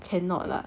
cannot lah